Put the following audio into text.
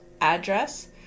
address